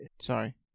Sorry